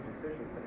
decisions